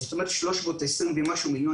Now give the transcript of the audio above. זאת אומרת שלוש מאות עשרים ומשהו מיליון